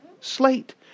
slate